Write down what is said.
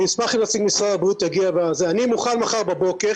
אני אשמח אם נציג משרד הבריאות יגיע ו אני מוכן מחר בבוקר,